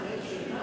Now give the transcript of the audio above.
על גבול הצפון.